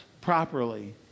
properly